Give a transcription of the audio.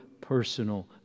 personal